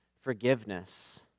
forgiveness